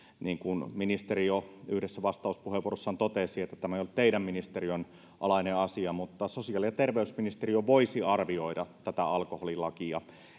niin kuin ministeri jo yhdessä vastauspuheenvuorossaan totesi tämä ei ole teidän ministeriönne alainen asia mutta sosiaali ja terveysministeriö voisi arvioida alkoholilakia